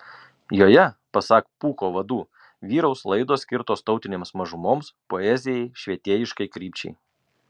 joje pasak pūko vadų vyraus laidos skirtos tautinėms mažumoms poezijai švietėjiškai krypčiai